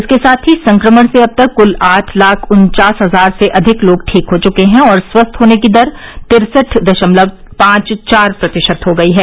इसके साथ ही संक्रमण से अब तक कूल आठ लाख उन्चास हजार से अधिक लोग ठीक हो चुके हैं और स्वस्थ होने की दर तिरसठ दशमलव पांच चार प्रतिशत हो गई है